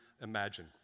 imagine